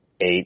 eight